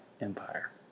empire